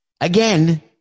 again